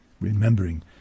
remembering